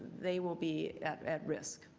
they will be at at risk.